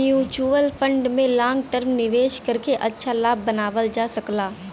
mutual fund में long term निवेश करके अच्छा लाभ बनावल जा सकला